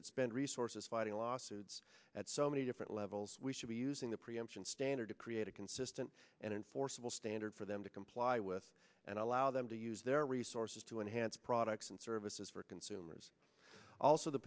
that spend resources fighting lawsuits at so many different levels we should be using the preemption standard to create a consistent and enforceable standard for them to comply with and allow them to use their resources to enhance products and services for consumers also the